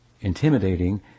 intimidating